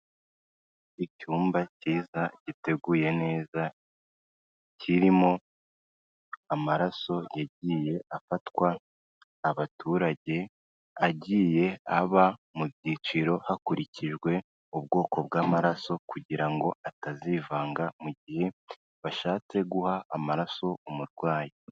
Icyumba cyiza giteguye neza, kirimo amaraso yagiye afatwa abaturage agiye aba mu byiciro hakurikijwe ubwoko bw'amaraso kugira ngo atazivanga mu gihe bashatse guha amaraso umurwayi.